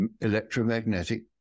electromagnetic